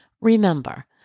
remember